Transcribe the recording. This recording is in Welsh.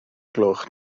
gloch